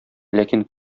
ләкин